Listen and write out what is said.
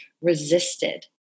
resisted